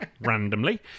randomly